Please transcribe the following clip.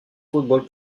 football